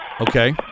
Okay